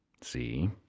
See